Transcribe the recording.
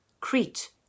Crete